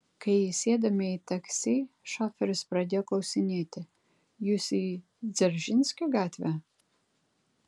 kai įsėdome į taksi šoferis pradėjo klausinėti jūs į dzeržinskio gatvę